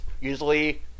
usually